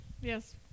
Yes